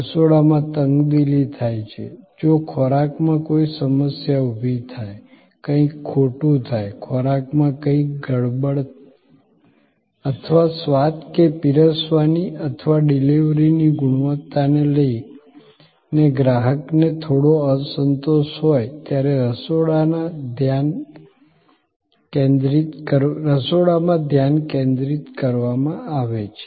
રસોડામાં તંગદીલી થાય છે જો ખોરાકમાં કોઈ સમસ્યા ઊભી થાયકંઈક ખોટું થાયખોરાક માં કઈક ગડબડ અથવા સ્વાદ કે પીરસવાની અથવા ડિલિવરીની ગુણવત્તાને લઈને ગ્રાહકનો થોડો અસંતોષ હોય ત્યારે રસોડામાં ધ્યાન કેન્દ્રિત કરવામાં આવે છે